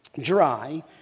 dry